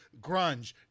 grunge